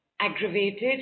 aggravated